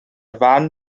fan